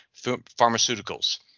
pharmaceuticals